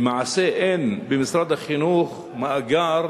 למעשה אין במשרד החינוך מאגר